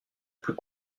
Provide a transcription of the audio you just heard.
plus